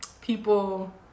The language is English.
people